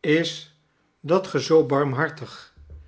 is dat